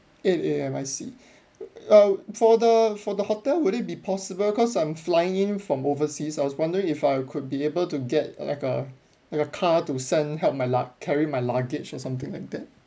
eight A_M I see err for the for the hotel would it be possible because I'm flying in from overseas I was wondering if I could be able to get like a like a car to send help my lug~ carry my luggage or something like that